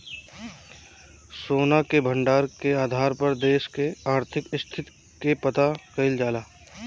सोना के भंडार के आधार पर देश के आर्थिक स्थिति के पता कईल जाला